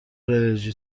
انرژی